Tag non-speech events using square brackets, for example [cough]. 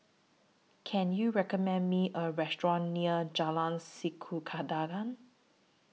Can YOU recommend Me A Restaurant near Jalan [unintelligible]